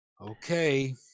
Okay